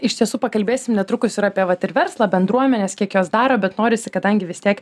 iš tiesų pakalbėsim netrukus ir apie vat ir verslą bendruomenes kiek jos daro bet norisi kadangi vis tiek